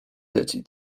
dzieci